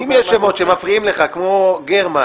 אם יש שמות שמפריעים לך כמו גרמן,